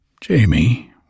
Jamie